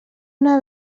una